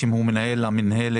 הדרוזית.